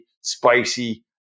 spicy